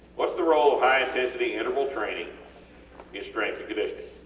whats the role of high intensity interval training in strength and conditioning?